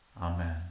Amen